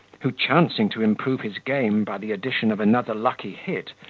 who, chancing to improve his game by the addition of another lucky hit,